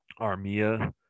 Armia